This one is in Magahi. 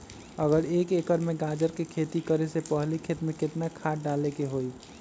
अगर एक एकर में गाजर के खेती करे से पहले खेत में केतना खाद्य डाले के होई?